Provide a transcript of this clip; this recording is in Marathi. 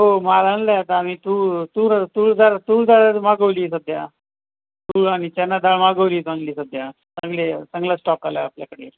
हो माल आणला आहे आता आम्ही तूर तूर तूळजार तूरडाळ मागवली सध्या तूळ आणि चणा डाळ मागवली चांगली सध्या चांगले चांगला स्टॉक आला आहे आपल्याकडे